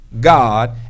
God